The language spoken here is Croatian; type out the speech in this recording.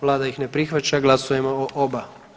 Vlada ih ne prihvaća, glasujemo o oba.